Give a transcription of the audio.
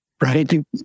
Right